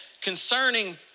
concerning